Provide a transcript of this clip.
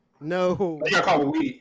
No